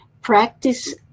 practice